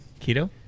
Keto